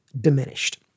diminished